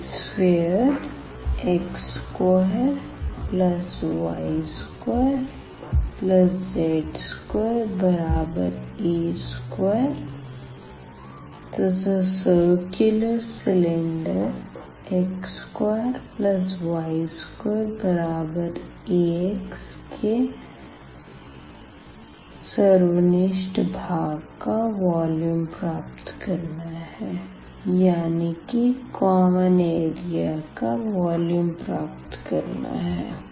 हमे सफ़ियर x2y2z2a2तथा circular cylinder x2y2ax के कॉमन भाग का वॉल्यूम प्राप्त करना है